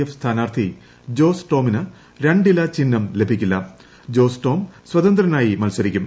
F സ്ഥാനാർത്ഥിക്ജോസ് ടോമിന് രണ്ടില ചിഹ്നം ലഭിക്കില്ല ജോസ് ടോം സ്വതന്ത്രനായി മത്സരിക്കും